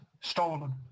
Stolen